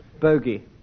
Bogey